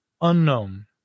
unknown